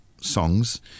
songs